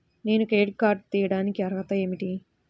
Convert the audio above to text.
నేను credit card తీయడానికి అర్హత ఏమిటి?